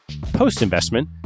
Post-investment